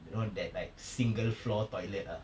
you know that like single floor toilet ah